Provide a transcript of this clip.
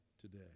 today